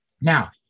Now